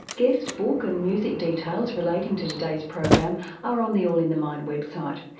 guest, book and music details relating to today's program are on the all in the mind website,